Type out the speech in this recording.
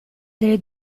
delle